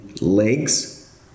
legs